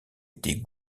était